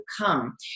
come